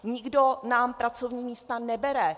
Nikdo nám pracovní místa nebere!